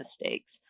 mistakes